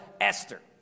Esther